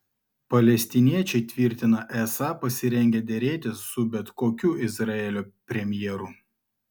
palestiniečiai tvirtina esą pasirengę derėtis su bet kokiu izraelio premjeru